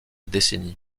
décennie